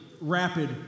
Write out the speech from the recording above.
rapid